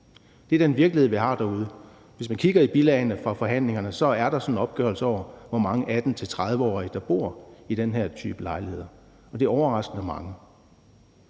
Det er den virkelighed, vi har derude. I bilagene fra forhandlingerne er der en opgørelse over, hvor mange 18-30-årige der bor i den her type lejligheder, og det er overraskende mange.